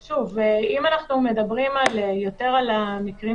שוב, אם אנחנו מדברים יותר על המקרים